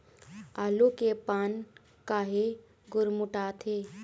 आलू के पान काहे गुरमुटाथे?